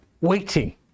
waiting